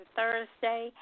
Thursday